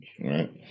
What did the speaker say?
Right